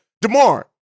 Demar